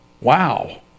wow